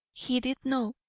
he did know,